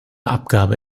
abgabe